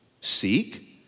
Seek